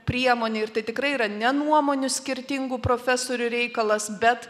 priemonė ir tai tikrai yra ne nuomonių skirtingų profesorių reikalas bet